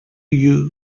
you